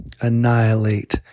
annihilate